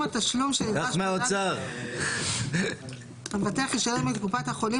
סכום התשלום שנדרש בהודעת התשלום בתוך 90 ימים ממועד קבלת ההודעה.